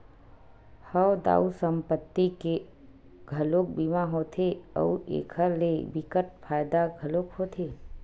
हव दाऊ संपत्ति के घलोक बीमा होथे अउ एखर ले बिकट फायदा घलोक होथे